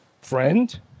friend